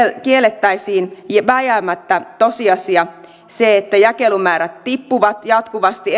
kiellettäisiin se vääjäämätön tosiasia että jakelumäärät tippuvat jatkuvasti